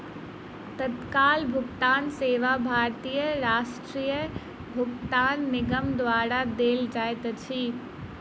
तत्काल भुगतान सेवा भारतीय राष्ट्रीय भुगतान निगम द्वारा देल जाइत अछि